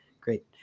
great